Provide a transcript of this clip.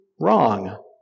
wrong